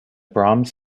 brahms